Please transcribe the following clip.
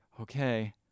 okay